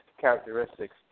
characteristics